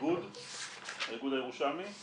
זה שמופעל על ידי האיגוד הירושלמי?